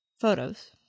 photos